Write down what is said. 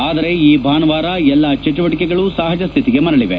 ಆದರೆ ಈ ಭಾನುವಾರ ಎಲ್ಲಾ ಚಟುವಟಕೆಗಳು ಸಹಜ ಸ್ಹಿತಿಗೆ ಮರಳವೆ